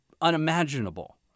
unimaginable